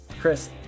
Chris